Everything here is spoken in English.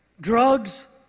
drugs